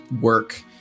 work